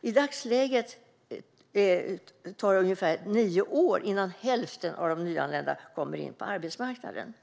I dagsläget tar det ungefär nio år innan hälften av de nyanlända kommer in på arbetsmarknaden.